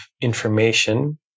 information